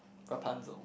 Rapunzel